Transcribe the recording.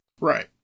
Right